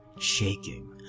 shaking